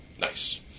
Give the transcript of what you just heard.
Nice